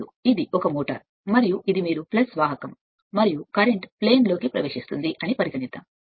ఇప్పుడు ఇది ఒక మోటారు మరియు ఇది మీరు వాహకం మరియు కరెంట్ ప్రవేశిస్తున్న సమతలం ను తీసుకుందాం